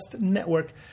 network